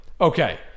okay